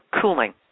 cooling